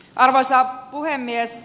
arvoisa puhemies